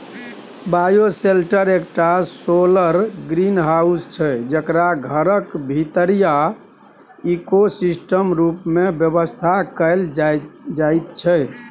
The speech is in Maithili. बायोसेल्टर एकटा सौलर ग्रीनहाउस छै जकरा घरक भीतरीया इकोसिस्टम रुप मे बेबस्था कएल जाइत छै